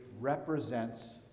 represents